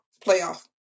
playoff